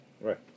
Right